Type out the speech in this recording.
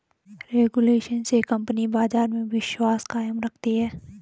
regulation से company बाजार में विश्वास कायम रखती है